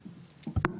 הקליטה.